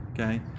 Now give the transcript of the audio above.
Okay